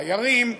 תיירים,